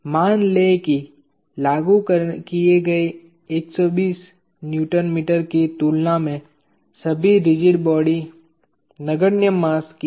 मान लें कि लागू किए गए 120 Nm की तुलना में सभी रिजिड बॉडी नगण्य मास हैं